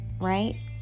right